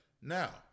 Now